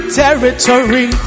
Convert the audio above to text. territory